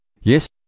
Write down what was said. Yes